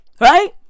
right